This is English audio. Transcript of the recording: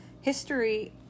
history